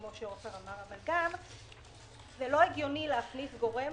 אבל גם לא הגיוני להכניס גורם